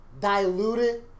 diluted